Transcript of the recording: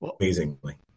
amazingly